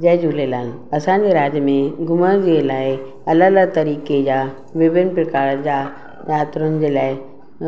जय झूलेलाल असांजे राज्य में घुमण जे लाइ अलॻि अलॻि तरीक़े जा विभिन्न प्रकार जा यात्रियुनि जे लाइ